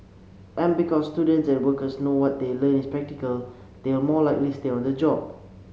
and because students and workers know that what they learn is practical they will more likely stay on the job